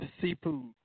seafood